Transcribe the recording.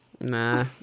nah